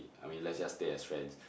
I mean let's just stay as friends